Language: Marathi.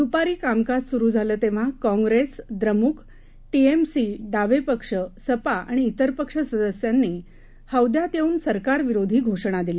दुपारीकामकाजसुरुझालंतेव्हाकाँग्रेस द्रमुक टीएमसी डावेपक्ष सपाआणि तिरपक्षसदस्यांनीहौद्यातयेऊनसरकारविरोधीघोषणादिल्या